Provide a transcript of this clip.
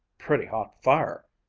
pretty hot fire!